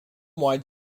wide